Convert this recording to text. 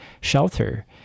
shelter